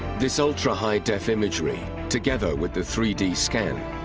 this ultra high-def imagery together with the three d scan